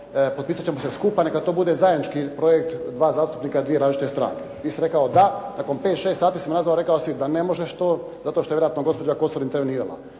potpisati ćemo se skupa, neka to bude zajednički projekt, dva zastupnika, dvije različite stranke, ti si rekao da, nakon 5, 6 sati nazvao si i rekao si da ne možeš to, zato što je vjerojatno gospođa Kosor intervenirala.